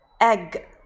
Egg